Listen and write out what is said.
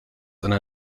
einer